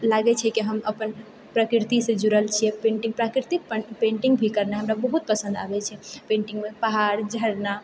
लागै छै कि हम अपन प्रकृतिसँ जुड़ल छियै पेन्टिंग प्राकृतिक प पेन्टिंग करना भी हमरा बहुत पसन्द आबै छै पेन्टिंगमे पहाड़ झरना